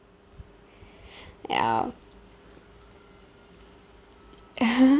ya